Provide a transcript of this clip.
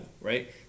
right